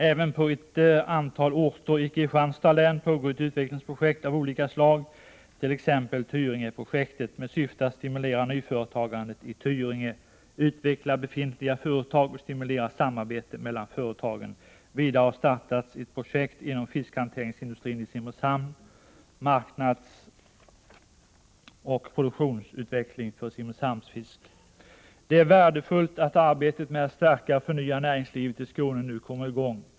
Även på ett antal orter i Kristianstads län pågår ett utvecklingsprojekt av olika slag, t.ex. Tyringeprojektet, med syfte att stimulera nyföretagandet i Tyringe, utveckla befintliga företag och stimulera samarbete mellan företagen. Vidare har startats ett projekt inom fiskhanteringsindustrin i Simrishamn — Marknadsoch produktutveckling för Simrishamnsfisk. Det är värdefullt att arbetet med att stärka och förnya näringslivet i Skåne nu kommer i gång.